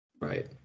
Right